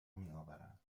میآورند